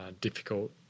difficult